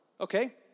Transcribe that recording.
Okay